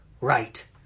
Right